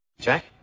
Jack